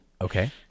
Okay